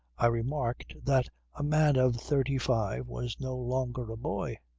i remarked that a man of thirty-five was no longer a boy.